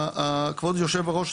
כבוד יושב הראש,